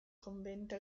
convento